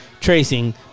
tracing